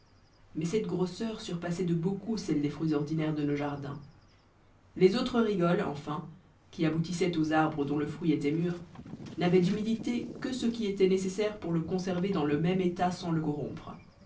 mais cette grosseur surpassait de beaucoup celle des fruits ordinaires de nos jardins les autres rigoles enfin qui aboutissaient aux arbres dont le fruit était mûr n'avaient d'humidité que ce qui était nécessaire pour le conserver dans le même état sans le